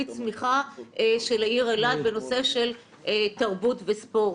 צמיחה של העיר אילת בנושא של תרבות וספורט.